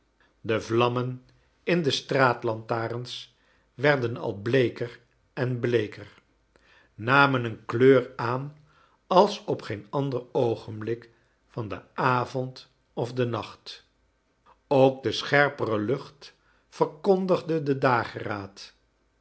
de vlammen in de straatlantaarns werden al bleeker en bleeker namen een kleur aan als op geen ancler oogenblik van den avond of den nacht ook de scherpere lucht verkondigde den dageraad